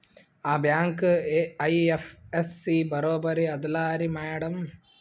ಆ bank IFSC ಬರೊಬರಿ ಅದಲಾರಿ ಮ್ಯಾಡಂ?